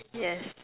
yes